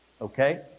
okay